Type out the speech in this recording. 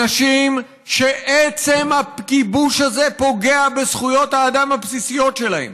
אנשים שעצם הכיבוש הזה פוגע בזכויות האדם הבסיסות שלהם,